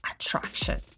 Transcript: attraction